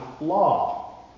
law